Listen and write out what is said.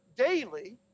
Daily